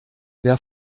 wer